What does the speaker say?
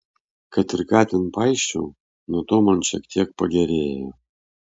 kad ir ką ten paisčiau nuo to man šiek tiek pagerėjo